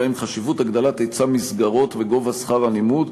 ובהם חשיבות הגדלת היצע המסגרות וגובה שכר הלימוד,